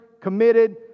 committed